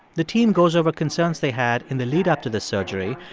the team goes over concerns they had in the lead-up to the surgery,